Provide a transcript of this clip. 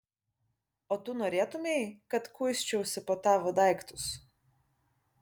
o tu norėtumei kad kuisčiausi po tavo daiktus